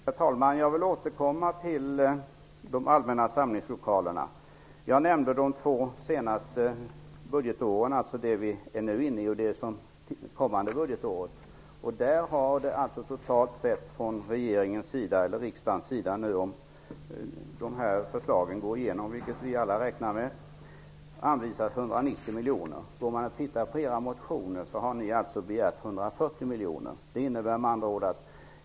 Herr talman! Jag vill återkomma till de allmänna samlingslokalerna. Jag nämnde de två senaste budgetåren, dvs. det budgetår som vi nu är inne i och det kommande budgetåret. Där har totalt sett från regeringen föreslagits och från riksdagen anvisats -- om dessa förslag går igenom, vilket vi alla räknar med -- 190 miljoner. I era motioner har ni begärt 140 miljoner.